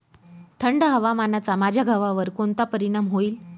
थंड हवामानाचा माझ्या गव्हावर कोणता परिणाम होईल?